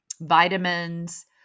vitamins